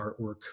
artwork